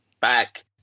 back